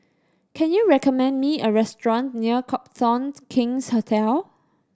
can you recommend me a restaurant near Copthorne King's Hotel